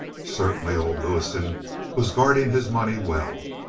certainly old lewison was guarding his money well.